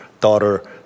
daughter